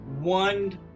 one